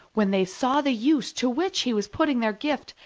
when they saw the use to which he was putting their gift,